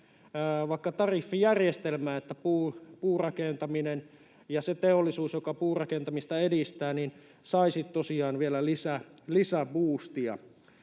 tariffijärjestelmää, niin että puurakentaminen ja se teollisuus, joka puurakentamista edistää, saisivat tosiaan vielä lisäbuustia.